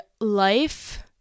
life